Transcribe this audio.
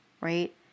right